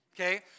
Okay